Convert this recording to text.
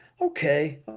okay